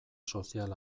sozial